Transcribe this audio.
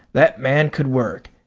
that man could work,